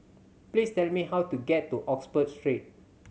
please tell me how to get to Oxford Street